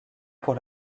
pour